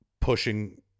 pushing